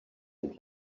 and